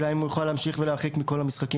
השאלה היא האם הוא יוכל להמשיך ולהרחיק מכל המשחקים.